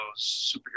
superheroes